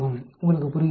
உங்களுக்குப் புரிகிறதா